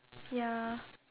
ya